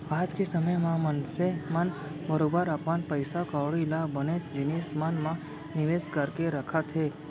आज के समे म मनसे मन बरोबर अपन पइसा कौड़ी ल बनेच जिनिस मन म निवेस करके रखत हें